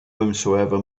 whomsoever